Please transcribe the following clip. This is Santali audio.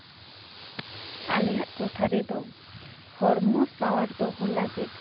ᱟᱞᱮᱭᱟᱜ ᱴᱚᱴᱷᱟ ᱨᱮᱫᱚ ᱦᱚᱲᱢᱚ ᱥᱟᱶᱟᱨ ᱫᱚᱦᱚ ᱞᱟᱹᱜᱤᱫ